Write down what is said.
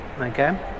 Okay